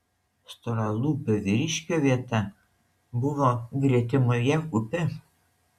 storalūpio vyriškio vieta buvo gretimoje kupė